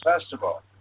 festival